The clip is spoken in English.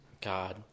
God